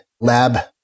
lab